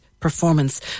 Performance